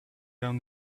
down